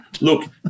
Look